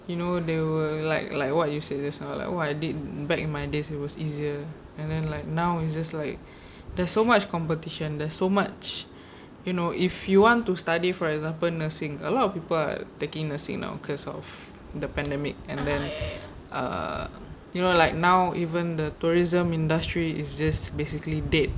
you know they were like like what you said just now like oh I did back in my days it was easier and then like now is just like there's so much competition there's so much you know if you want to study for example nursing a lot of people are taking nursing now because of the pandemic and then ah you know like now even the tourism industry is just basically dead